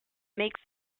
make